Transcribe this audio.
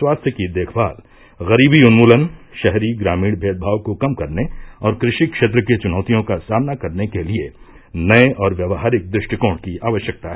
स्वास्थ्य की देखभाल गरीबी उन्मूलन शहरी ग्रामीण भेदभाव को कम करने और कृषि क्षेत्र की चुनौतियों का सामना करने के लिए नये और व्यवहारिक दृष्टिकोण की आवश्यकता है